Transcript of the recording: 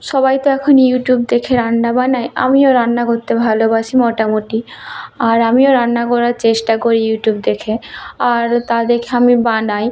সবাই তো এখন ইউটিউব দেখে রান্না বানায় আমিও রান্না করতে ভালোবাসি মোটামুটি আর আমিও রান্না করার চেষ্টা করি ইউটিউব দেখে আর তা দেখে আমি বানাই